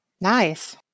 Nice